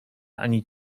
ani